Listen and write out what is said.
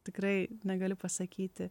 tikrai negaliu pasakyti